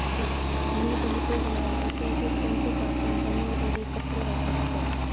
मी बहुतेकवेळा नैसर्गिक तंतुपासून बनवलेले कपडे वापरतय